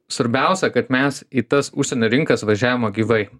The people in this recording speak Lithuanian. svarbiausia kad mes į tas užsienio rinkas važiavom gyvai